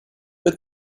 but